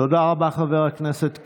תודה רבה, חבר הכנסת כץ.